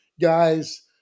guys